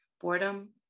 boredom